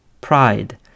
pride